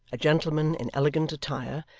a gentleman in elegant attire,